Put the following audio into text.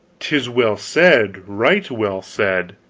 tis well said, right well said!